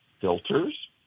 filters